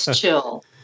chill